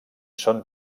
són